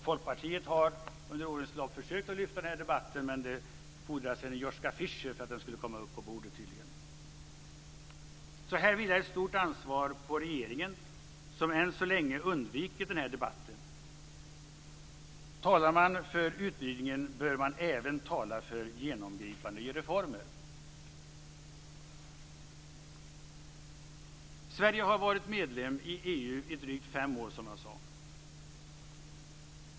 Folkpartiet har under årens lopp försökt att lyfta den här debatten, men det fordrades tydligen en Joschka Fischer för att den skulle komma upp på bordet. Här vilar ett stort ansvar på regeringen, som än så länge undviker den här debatten. Talar man för utvidgningen bör man även tala för genomgripande reformer. Sverige har som jag sade varit medlem i EU i drygt fem år.